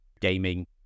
gaming